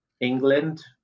England